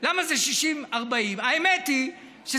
ויסביר לנו למה זה 40% 60%. האמת היא שזה